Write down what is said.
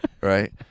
Right